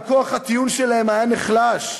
אבל כוח הטיעון שלהם היה נחלש.